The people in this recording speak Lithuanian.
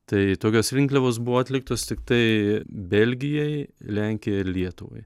tai tokios rinkliavos buvo atliktos tiktai bėlgijai lenkijai ir lietuvai